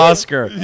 Oscar